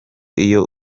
iyo